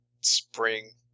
spring